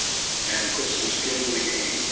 and put some skin in the game.